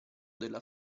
della